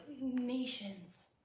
nations